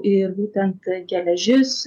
ir būtent geležis